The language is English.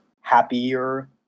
happier